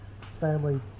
family